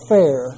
Fair